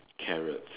carrots